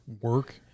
work